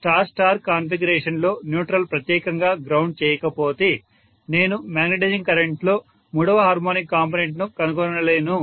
star star కాన్ఫిగరేషన్లో neutral ప్రత్యేకంగా ground చేయకపోతే నేను మాగ్నెటైజింగ్ కరెంట్లో మూడవ హార్మోనిక్ కాంపొనెంట్ ను కనుగొనలేను